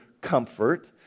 comfort